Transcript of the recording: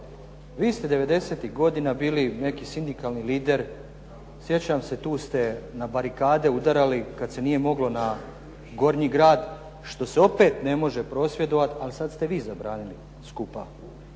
devedesetih godina bili neki sindikalni lider. Sjećam se, tu ste na barikade udarali kad se nije moglo na Gornji grad, što se opet ne može prosvjedovati, ali sad ste vi zabranili skupa